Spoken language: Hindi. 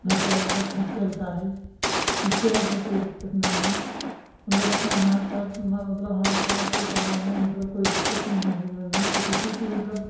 घर का मतलब खर्च चलता है इससे मतलब कोई दिक्कत नहीं है मतलब अपना हाथ पैर मतलब हाथ पाँव मतलब चलाने में मतलब कोई दिक्कत नहीं है जऊन है कि किसी की मतलब